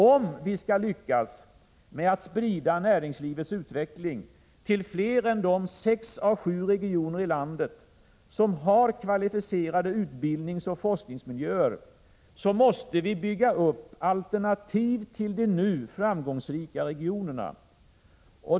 Om vi skall lyckas med att sprida näringslivets utveckling till fler än de sex å sju regioner i landet som har kvalificerade utbildningsoch forskningsmiljöer, måste vi bygga upp alternativ till de nu framgångsrika regionerna.